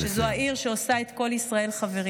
שזו העיר שעושה את כל ישראל חברים.